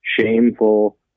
shameful